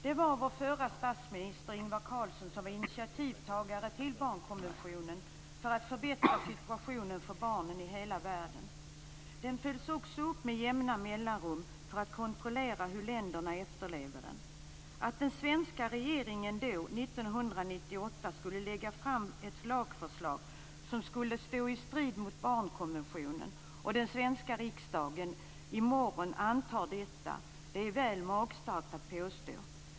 Det var vår förre statsminister Ingvar Carlsson som var initiativtagare till barnkonventionen i syfte att förbättra situationen för barn i hela världen. Den följs också upp med jämna mellanrum för att man skall kontrollera hur länderna efterlever den. Det är väl magstarkt att då påstå att den svenska regeringen 1998 skulle lägga fram ett lagförslag som skulle stå i strid mot barnkonventionen och som den svenska riksdagen skall anta i morgon.